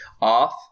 off